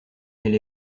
elle